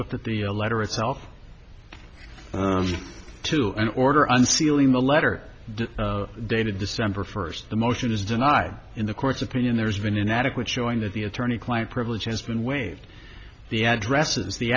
at the letter itself to an order and sealing the letter dated december first the motion is denied in the court's opinion there's been inadequate showing that the attorney client privilege has been waived the addresses the